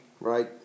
right